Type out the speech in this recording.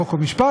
חוק ומשפט,